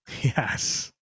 Yes